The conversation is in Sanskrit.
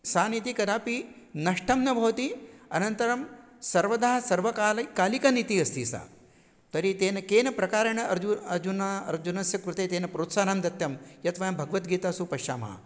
सा नीतिः कदापि नष्टं न भवति अनन्तरं सर्वदा सर्वकालं कालिकनीतिः अस्ति सा तर्हि तेन केन प्रकारेण अर्जुनः अजुनः अर्जुनस्य कृते तेन प्रोत्साहं दत्तं यत् वयं भगवद्गीतासु पश्यामः